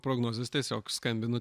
prognozės tiesiog skambinu